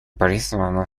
призвано